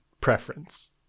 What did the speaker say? preference